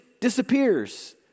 disappears